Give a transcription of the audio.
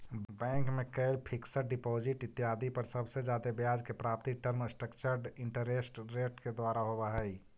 bank में कैल fixed deposit इत्यादि पर सबसे जादे ब्याज के प्राप्ति टर्म स्ट्रक्चर्ड इंटरेस्ट रेट के द्वारा होवऽ हई